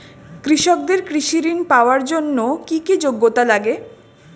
কৃষকদের কৃষি ঋণ পাওয়ার জন্য কী কী যোগ্যতা লাগে?